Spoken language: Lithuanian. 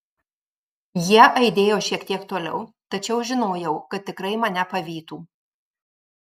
jie aidėjo šiek tiek toliau tačiau žinojau kad tikrai mane pavytų